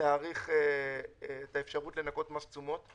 להאריך את האפשרות לנכות מס תשומות,